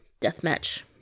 deathmatch